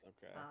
Okay